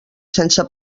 sense